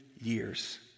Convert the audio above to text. years